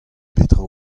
petra